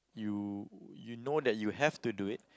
you you know that you have to do it